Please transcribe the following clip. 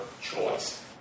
choice